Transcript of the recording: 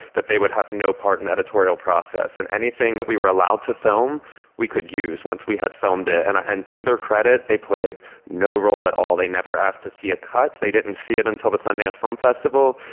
that they would have no part in the editorial process. and anything that we were allowed to film we could use once we had filmed it. and and to their credit they played no role at all, they never asked to see a cut, they didn't see it until the sundance film festival.